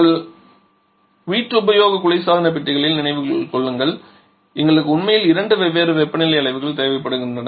உங்கள் வீட்டுபயோக குளிர்சாதன பெட்டிகளில் நினைவில் கொள்ளுங்கள் எங்களுக்கு உண்மையில் இரண்டு வெவ்வேறு வெப்பநிலை அளவுகள் தேவைப்படுகின்றன